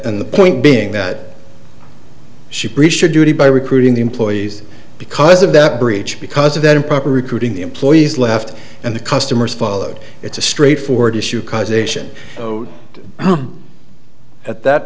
and the point being that she breach of duty by recruiting the employees because of that breach because of that improper recruiting the employees left and the customers followed it's a straight forward issue causation at that